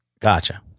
Gotcha